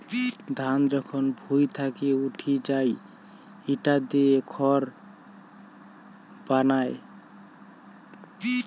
ধান যখন ভুঁই থাকি উঠি যাই ইটা দিয়ে খড় বানায়